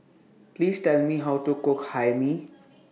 Please Tell Me How to Cook Hae Mee